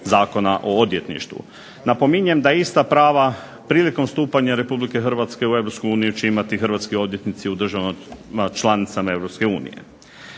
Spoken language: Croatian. Zakona o odvjetništvu. Napominjem da ista prava prilikom stupanja Republike Hrvatske u Europsku uniju će imati hrvatski odvjetnici u državama članicama